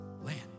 land